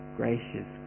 gracious